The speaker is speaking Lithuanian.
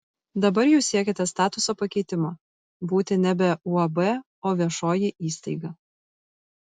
dabar jūs siekiate statuso pakeitimo būti nebe uab o viešoji įstaiga